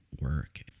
work